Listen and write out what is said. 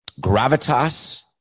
gravitas